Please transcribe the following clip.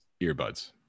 earbuds